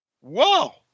Whoa